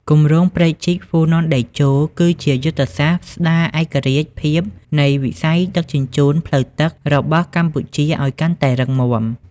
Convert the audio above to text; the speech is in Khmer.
គម្រោងព្រែកជីកហ្វូណនតេជោ គឺជាយុទ្ធសាស្ត្រស្ដារឯករាជ្យភាពនៃវិស័យដឹកជញ្ជូនផ្លូវទឹករបស់កម្ពុជាឱ្យកាន់តែរឹងមាំ។